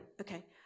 okay